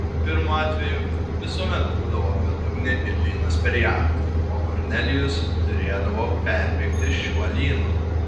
pirmu atveju visuomet būdavo bedugnė ir lynas per ją o kornelijus turėdavo perbėgti šiuo lynu